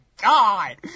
God